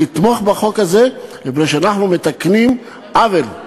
לתמוך בחוק הזה, מפני שאנחנו מתקנים עוול.